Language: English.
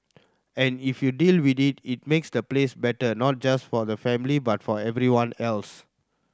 and if you deal with it it makes the place better not just for the family but for everyone else